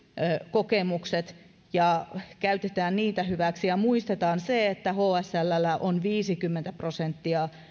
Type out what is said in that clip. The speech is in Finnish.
kokemukset ja käytetään niitä hyväksi muistetaan se että hslllä on viisikymmentä prosenttia